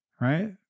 right